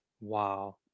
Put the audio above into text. Wow